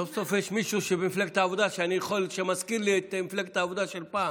סוף-סוף יש מישהו במפלגת העבודה שמזכיר לי את מפלגת העבודה של פעם.